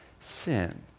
sin